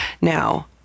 Now